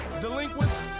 Delinquents